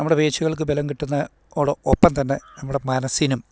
നമ്മുടെ പേശികൾക്ക് ബലം കിട്ടുന്നതിനോട് ഒപ്പം തന്നെ നമ്മുടെ മനസ്സിനും